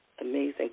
amazing